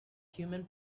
human